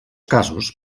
casos